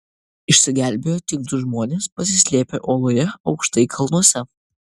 išsigelbėjo tik du žmonės pasislėpę oloje aukštai kalnuose